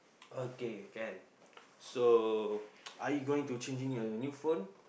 okay can so are you going to changing a new phone